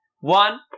one